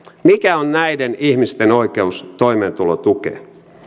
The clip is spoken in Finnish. mikä on näiden ihmisten oikeus toimeentulotukeen